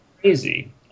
crazy